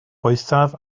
poethaf